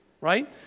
right